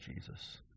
Jesus